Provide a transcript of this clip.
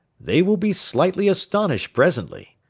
they will be slightly astonished presently,